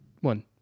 one